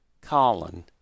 Colin